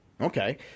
Okay